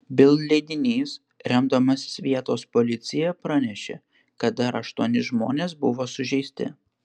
bild leidinys remdamasis vietos policija pranešė kad dar aštuoni žmonės buvo sužeisti